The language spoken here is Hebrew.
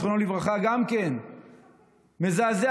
גם כן מזעזע,